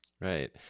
Right